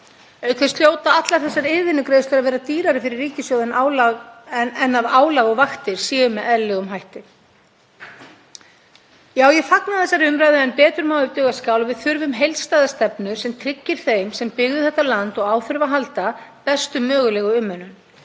Auk þess hljóta allar þessar yfirvinnugreiðslur að vera dýrari fyrir ríkissjóð en að álag og vaktir séu með eðlilegum hætti. Já, ég fagna þessari umræðu en betur má ef duga skal. Við þurfum heildstæða stefnu sem tryggir þeim sem byggðu þetta land og á þurfa að halda bestu mögulegu umönnun.